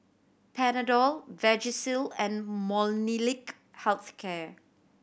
Panadol Vagisil and Molnylcke Health Care